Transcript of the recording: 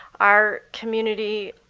our community,